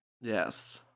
Yes